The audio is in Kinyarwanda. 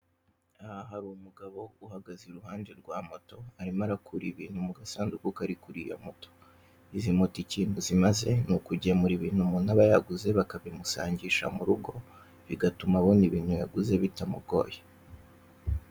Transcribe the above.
Aha hari umugabo uhagaze iruhande rwa moto, arimo arakura ibintu mu gasanduku kari kuri iyo moto. Izi moto ikintu zimaze, ni ukugemura ibintu umuntu aba yaguze, bakabimusangisha mu rugo, bigatuma abona ibintu yaguse, bitamugoye.